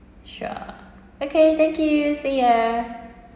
sure okay thank you see ya